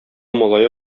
малае